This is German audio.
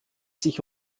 sich